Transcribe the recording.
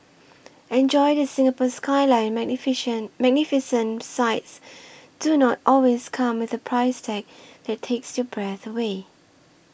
enjoy the Singapore Skyline Magnificent Magnificent sights do not always come with a price tag that takes your breath away